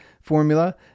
formula